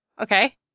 Okay